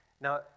Now